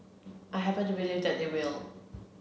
I happen to believe that they will